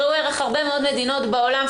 ראו ערך הרבה מאוד מדינות בעולם,